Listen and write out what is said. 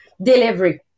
delivery